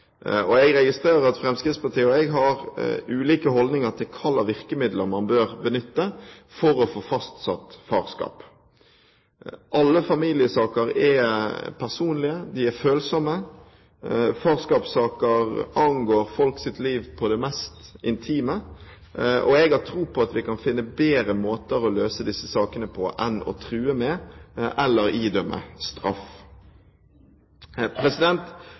barneloven. Jeg registrerer at Fremskrittspartiet og jeg har ulike holdninger til hvilke virkemidler man bør benytte for å få fastsatt farskap. Alle familiesaker er personlige, de er følsomme. Farskapssaker angår folks liv på det mest intime. Jeg har tro på at vi kan finne bedre måter å løse disse sakene på enn å true med – eller idømme – straff.